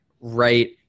right